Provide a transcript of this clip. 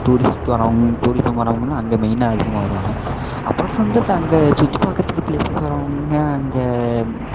tourist வரவங்க tourism வரவங்கலாம் அங்கே மெயினாக அதிகமாக வருவாங்க அபார்ட் ஃப்ரம் தட் அங்கே சுற்றி பார்க்குறதுக்கு ப்ளேஸஸ் வரவங்க அங்கே